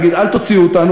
להגיד: אל תוציאו אותנו,